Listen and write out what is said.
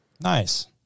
nice